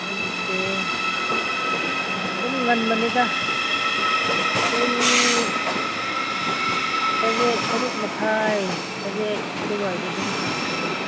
ꯑꯩꯒꯤꯁꯦ ꯑꯗꯨꯝ ꯉꯟꯕꯅꯤꯗ ꯄꯨꯡ ꯇꯔꯦꯠ ꯇꯔꯨꯛ ꯃꯈꯥꯏ ꯇꯔꯦꯠ ꯑꯗꯨꯋꯥꯏꯗ ꯑꯗꯨꯝ ꯍꯥꯡꯕꯅꯤ